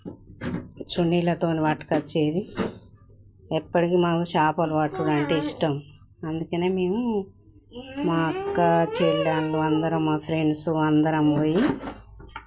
చున్నీలతో పట్టుకొచ్చేది ఎప్పటికీ మాకు చేపలు పట్టడం అంటే ఇష్టం అందుకనే మేమూ మా అక్క చెల్లెళ్ళు అందరం మా ఫ్రెండ్స్ అందరం పోయి